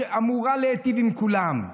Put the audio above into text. שאמורה להיטיב עם כולם.